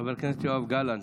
חבר הכנסת יואב גלנט,